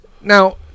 Now